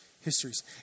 histories